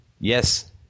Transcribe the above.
yes